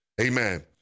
amen